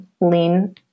lean